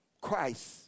Christ